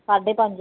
ਸਾਢੇ ਪੰਜ